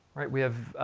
we have